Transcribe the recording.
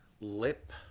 lip